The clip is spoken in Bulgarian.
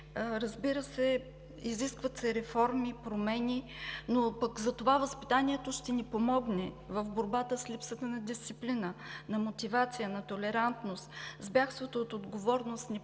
Разбира се, изискват се реформи, промени, но пък за това възпитанието ще ни помогне в борбата с липсата на дисциплина, на мотивация, на толерантност, с бягството от отговорност,